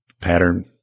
pattern